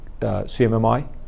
CMMI